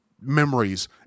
memories